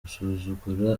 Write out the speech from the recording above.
gusuzugura